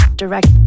direct